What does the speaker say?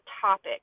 topic